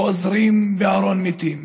חוזרים בארון מתים.